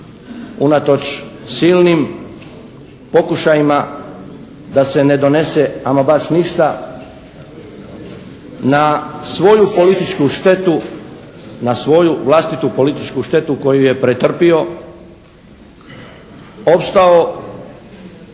unatoč silnim pokušajima da se ne donese ama baš ništa na svoju političku štetu, na svoju vlastitu političku štetu koju je pretrpio opstao